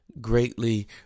greatly